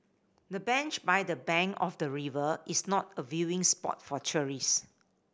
the bench by the bank of the river is not a viewing spot for tourist